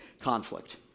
conflict